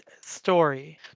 story